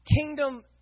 kingdom